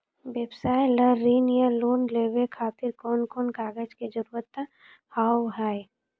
व्यवसाय ला ऋण या लोन लेवे खातिर कौन कौन कागज के जरूरत हाव हाय?